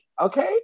okay